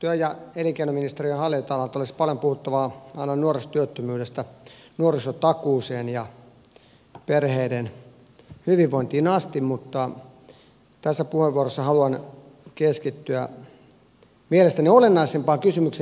työ ja elinkeinoministeriön hallinnonalalta olisi paljon puhuttavaa aina nuorisotyöttömyydestä nuorisotakuuseen ja perheiden hyvinvointiin asti mutta tässä puheenvuorossa haluan keskittyä mielestäni olennaisimpaan kysymykseen